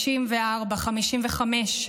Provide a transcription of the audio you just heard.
54, 55,